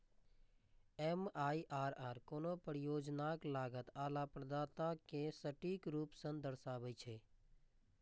MIRR कोनो परियोजनाक लागत आ लाभप्रदता कें सटीक रूप सं दर्शाबै छै